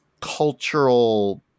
cultural